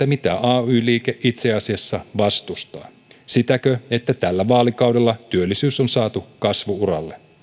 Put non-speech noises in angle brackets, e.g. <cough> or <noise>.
<unintelligible> mitä ay liike itse asiassa vastustaa sitäkö että tällä vaalikaudella työllisyys on saatu kasvu uralle